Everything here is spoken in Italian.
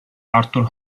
arthur